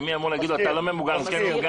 ומי אמור להגיד לו: אתה לא ממוגן או כן ממוגן.